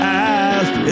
eyes